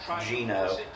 Gino